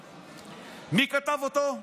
מי כתב אותו?